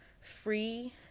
free